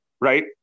right